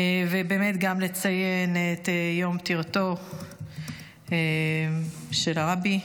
ובאמת גם לציין את יום פטירתו של הרבי.